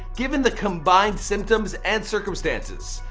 given the combined symptoms and circumstances.